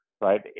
right